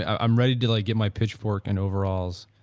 i'm ready to like give my pitchfork and overalls,